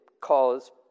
cause